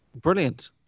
Brilliant